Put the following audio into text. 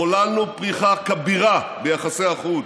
חוללנו פריחה כבירה ביחסי החוץ,